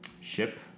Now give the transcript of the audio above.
Ship